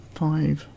five